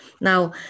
Now